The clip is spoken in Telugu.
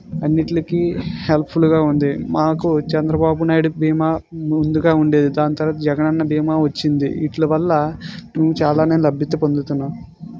అన్నిటికి హెల్ప్ఫుల్గా ఉంది మాకు చంద్రబాబు నాయుడు భీమా ముందుగా ఉండేది దాని తర్వాత జగనన్న భీమా వచ్చింది వీటివల్ల మేము చాలానే లభ్యత పొందుతున్నాం